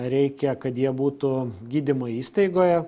reikia kad jie būtų gydymo įstaigoje